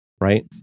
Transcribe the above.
right